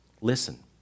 Listen